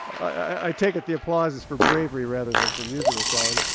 i take it the applause is for bravery rather than for musical quality.